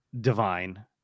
divine